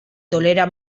tolera